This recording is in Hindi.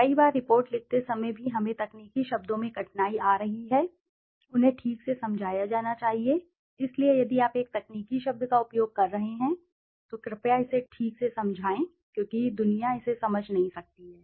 कई बार रिपोर्ट लिखते समय भी हमें तकनीकी शब्दों में कठिनाई आ रही है उन्हें ठीक से समझाया जाना चाहिए इसलिए यदि आप एक तकनीकी शब्द का उपयोग कर रहे हैं तो कृपया इसे ठीक से समझाएं क्योंकि दुनिया इसे समझ नहीं सकती है